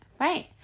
Right